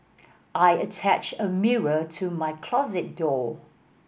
I attached a mirror to my closet door